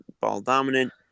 ball-dominant